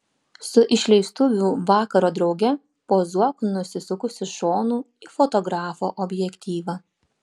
su išleistuvių vakaro drauge pozuok nusisukusi šonu į fotografo objektyvą